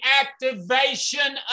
activation